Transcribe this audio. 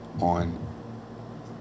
on